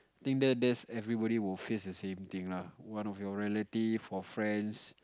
think that that's everybody will face the same thing lah one of your relative or friends